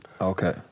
Okay